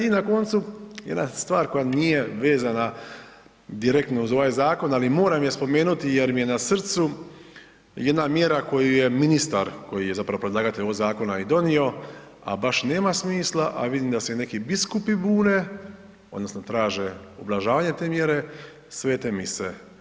I na koncu, jedna stvar koja nije vezana direktno uz ovaj zakon, ali moram je spomenuti jer mi je na srcu, jedna mjeru koju je ministar, koju je zapravo predlagatelj ovog zakona i donio, a baš nema smisla, a vidim da se i neki biskupi bune odnosno traže ublažavanje te mjere, svete mise.